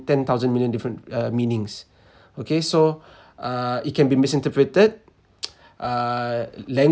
ten thousand million different uh meanings okay so uh it can be misinterpreted uh